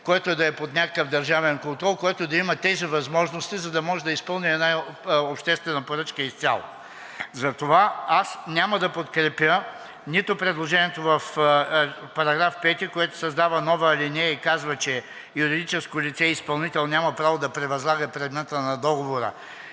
което да е под някакъв държавен контрол, който да има тези възможности, за да може да изпълни изцяло една обществена поръчка. Затова аз няма да подкрепя нито предложението в § 5, в който се създава нова алинея и казва, че „юридическо лице изпълнител няма право да превъзлага предмета на договора